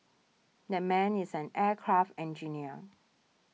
that man is an aircraft engineer